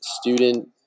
student